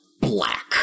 black